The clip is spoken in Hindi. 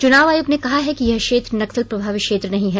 चुनाव आयोग ने कहा है कि यह क्षेत्र नक्सल प्रभावित क्षेत्र नहीं है